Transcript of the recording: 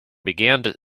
began